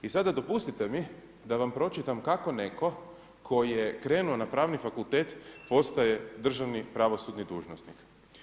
I sada, dopustite mi da vam pročitam kako netko tko je krenuo na pravni fakultet postaje državni pravosudni dužnosnik.